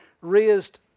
raised